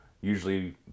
usually